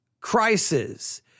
crisis